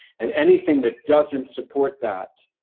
and anything that doesn't support that,